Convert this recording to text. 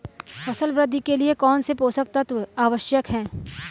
फसल वृद्धि के लिए कौनसे पोषक तत्व आवश्यक हैं?